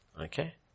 Okay